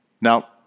Now